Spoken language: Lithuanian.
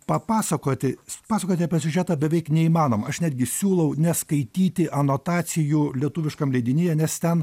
papasakoti pasakoti apie siužetą beveik neįmanoma aš netgi siūlau neskaityti anotacijų lietuviškam leidinyje nes ten